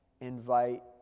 invite